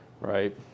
right